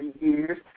years